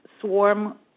swarm